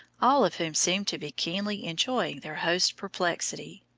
all of whom seemed to be keenly enjoying their host's perplexity.